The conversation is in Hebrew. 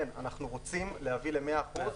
כן, אנחנו רוצים להביא ל-100 אחוזים.